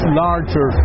larger